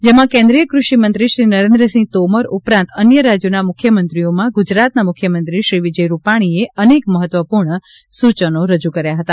જેમાં કેન્દ્રીય ક્રષિ મંત્રી શ્રી નરેન્દ્રસિંહ તોમર ઉપરાંત અન્ય રાજ્યોના મુખ્યમંત્રીઓમાં ગુજરાતના મુખ્યમંત્રી શ્રી વિજય રૂપાણીએ અનેક મહત્વપૂર્ણ સૂચનો રજૂ કર્યા હતા